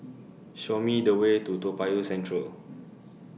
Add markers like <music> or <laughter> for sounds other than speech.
<noise> Show Me The Way to Toa Payoh Central